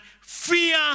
fear